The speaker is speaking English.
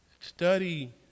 Study